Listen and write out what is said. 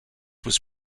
was